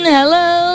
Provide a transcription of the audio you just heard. Hello